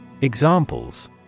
Examples